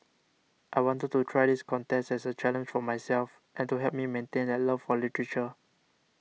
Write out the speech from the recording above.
I wanted to try this contest as a challenge for myself and to help me maintain that love for literature